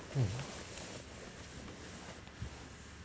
mm